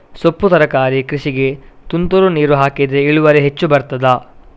ಸೊಪ್ಪು ತರಕಾರಿ ಕೃಷಿಗೆ ತುಂತುರು ನೀರು ಹಾಕಿದ್ರೆ ಇಳುವರಿ ಹೆಚ್ಚು ಬರ್ತದ?